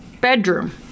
bedroom